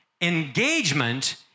Engagement